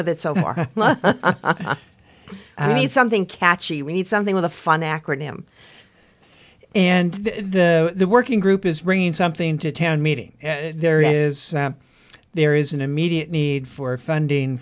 with it so far i mean something catchy we need something with a fun acronym and the working group is bringing something to town meeting there it is there is an immediate need for funding